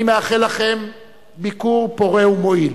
אני מאחל לכם ביקור פורה ומועיל.